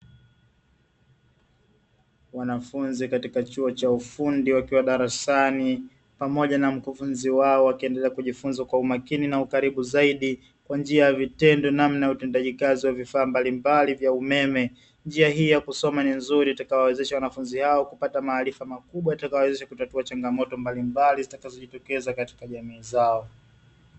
Wanafunzi katika chuo cha ufundi wakiwa darasani pamoja na mkufunzi wao, wakiendelea kujifunza kwa umakini na ukaribu zaidi kwa njia ya vitendo namna ya utendaji kazi wa vifaa mbalimbali vya umeme. Njia hii ya kusoma ni nzuri itakayowawezesha wanafunzi hao kupata maarifa makubwa, yatakayowawezesha kutatua changamoto mbalimbali zitakazojitokeza katika jamii zao.